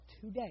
today